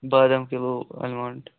بادام کِلوٗ آلمنٛڈ